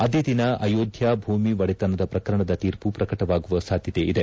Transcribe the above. ಅದೇ ದಿನ ಅಯೋಧ್ಯಾ ಭೂಮಿ ಒಡೆತನದ ಪ್ರಕರಣದ ತೀರ್ಮ ಪ್ರಕಟವಾಗುವ ಸಾಧ್ಯತೆಯಿದೆ